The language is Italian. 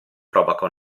provoca